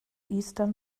eastern